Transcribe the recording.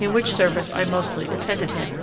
in which service i mostly attended him.